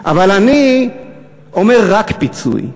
אבל אני אומר: רק פיצוי.